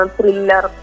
Thriller